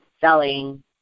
selling